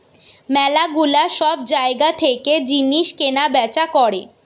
ম্যালা গুলা সব জায়গা থেকে জিনিস কেনা বেচা করা